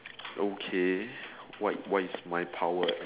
okay what what is my power